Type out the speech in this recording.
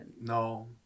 No